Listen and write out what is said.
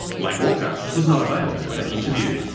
lang walker was not available for interview,